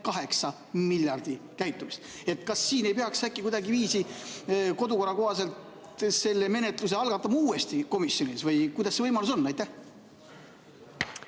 68 miljardi kasutamist. Kas siin ei peaks äkki kuidagiviisi kodukorra kohaselt selle menetluse algatama uuesti komisjonis või kuidas see võimalus on? Suur